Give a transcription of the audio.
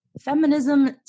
feminism